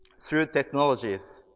through technologies.